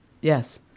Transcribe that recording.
Yes